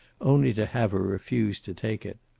only to have her refuse to take it.